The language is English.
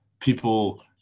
people